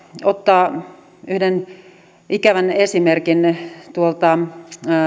ottaa yhden ikävän esimerkin tuolta